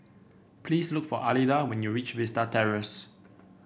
please look for Alida when you reach Vista Terrace